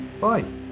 bye